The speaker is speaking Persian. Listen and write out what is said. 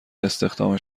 استخدام